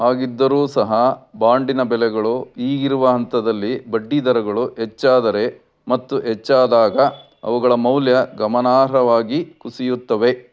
ಹಾಗಿದ್ದರೂ ಸಹ ಬಾಂಡಿನ ಬೆಲೆಗಳು ಈಗಿರುವ ಹಂತದಲ್ಲಿ ಬಡ್ಡಿದರಗಳು ಹೆಚ್ಚಾದರೆ ಮತ್ತು ಹೆಚ್ಚಾದಾಗ ಅವುಗಳ ಮೌಲ್ಯ ಗಮನಾರ್ಹವಾಗಿ ಕುಸಿಯುತ್ತವೆ